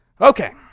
Okay